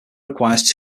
requires